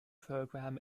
program